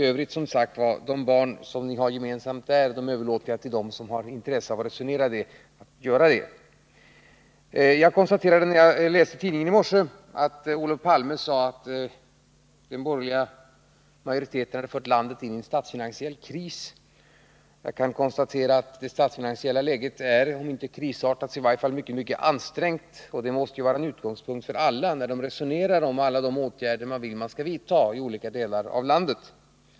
Men, som sagt, de barn som ni i övrigt har gemensamt där överlåter jag till dem som har intresse av det att resonera om. När jag läste tidningen i morse såg jag att Olof Palme uttalat att den borgerliga majoriteten hade fört landet in i en statsfinansiell kris. Jag kan konstatera att det statsfinansiella läget är om inte krisartat så i varje fall mycket ansträngt. Och det måste vara en utgångspunkt för alla som resonerar om de åtgärder man vill skall vidtas i olika delar av landet.